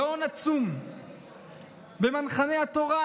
גאון עצום במכמני התורה,